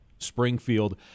Springfield